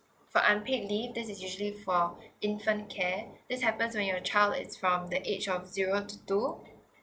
for unpaid leave this is usually for infant care this happens when your child is from the age of zero to two